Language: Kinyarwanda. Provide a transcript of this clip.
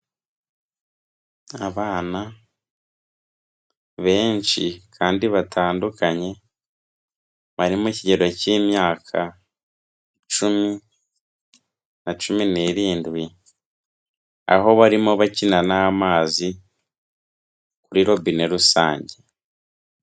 Abana benshi kandi batandukanye bari mu ikigero cy'imyaka icumi na cumi n'irindwi, aho barimo bakina n'amazi kuri robine rusange.